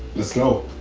the slow,